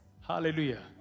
Hallelujah